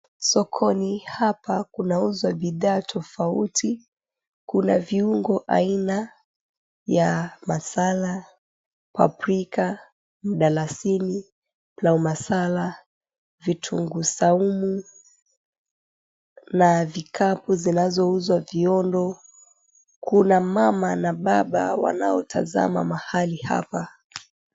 Sokoni hapa kunauzwa bidhaa tofauti. Kuna viungo aina ya masala, paprika, mdalasini, pilau masala, vitunguu saumu na vikapu vinavyouzwa viondo. Kuna mama na baba wanaotazama mahali hapa.